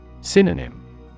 Synonym